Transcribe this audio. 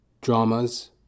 Dramas